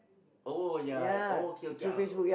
oh ya ya oh K K I'll